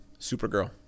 Supergirl